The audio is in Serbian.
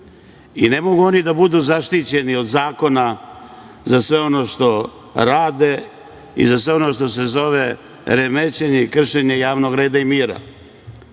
itd. Ne mogu oni da budu zaštićeni od zakona za sve ono što rade i za sve ono što se zove remećenje i kršenje javnog reda i mira,